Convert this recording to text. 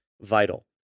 vital